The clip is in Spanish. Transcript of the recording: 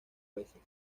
veces